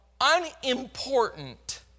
unimportant